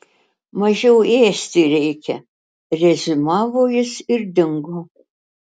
mažiau ėsti reikia reziumavo jis ir dingo